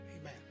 Amen